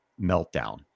meltdown